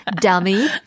dummy